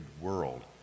world